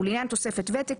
ולעניין תוספת ותק,